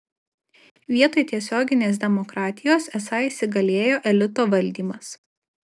vietoj tiesioginės demokratijos esą įsigalėjo elito valdymas